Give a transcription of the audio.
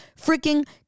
freaking